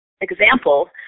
example